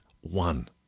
One